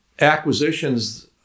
acquisitions